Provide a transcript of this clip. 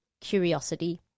curiosity